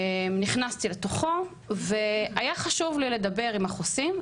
נכנסתי לתוכו והיה חשוב לי לדבר עם החוסים,